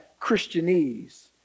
Christianese